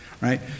right